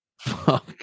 Fuck